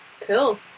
Cool